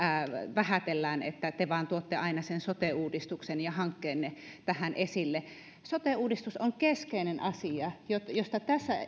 vähätellään niin että te vain tuotte aina sen sote uudistuksen ja hankkeenne tähän esille sote uudistus on keskeinen asia johon kaikki tässä